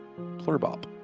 Plurbop